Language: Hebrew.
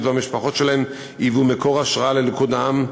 והמשפחות שלהם היוו מקור השראה לליכוד העם,